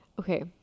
Okay